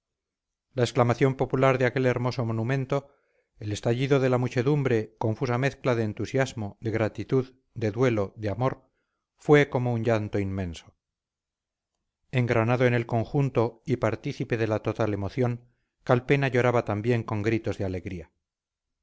la exclamación popular en aquel hermoso momento el estallido de la muchedumbre confusa mezcla de entusiasmo de gratitud de duelo de amor fue como un llanto inmenso engranado en el conjunto y partícipe de la total emoción calpena lloraba también con gritos de alegría